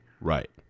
Right